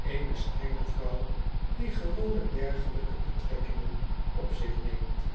eene strenge vrouw die gewoonlijk dergelijke betrekkingen op zich neemt